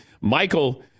Michael